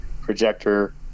projector